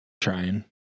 trying